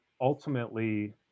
ultimately